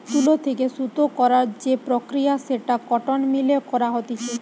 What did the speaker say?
তুলো থেকে সুতো করার যে প্রক্রিয়া সেটা কটন মিল এ করা হতিছে